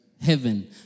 heaven